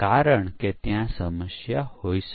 હવે ચાલો આપણે થોડા ઉદાહરણ કરીએ